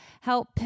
help